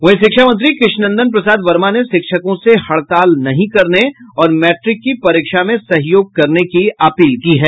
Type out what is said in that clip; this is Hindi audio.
वहीं शिक्षा मंत्री कृष्ण नंदन प्रसाद वर्मा ने शिक्षकों से हड़ताल नहीं करने और मैट्रिक की परीक्षा में सहयोग करने की अपील की है